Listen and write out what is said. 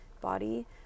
body